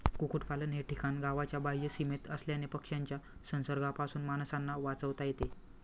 कुक्पाकुटलन हे ठिकाण गावाच्या बाह्य सीमेत असल्याने पक्ष्यांच्या संसर्गापासून माणसांना वाचवता येते